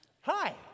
Hi